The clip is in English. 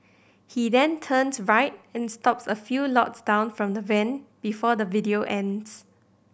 he then turns right and stops a few lots down from the van before the video ends